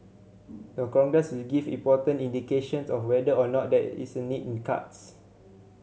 the Congress will give important indications of whether or not that is a need in cards